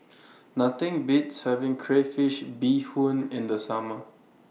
Nothing Beats having Crayfish Beehoon in The Summer